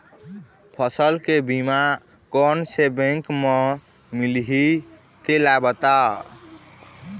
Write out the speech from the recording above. फसल के बीमा कोन से बैंक म मिलही तेला बता?